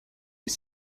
est